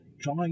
try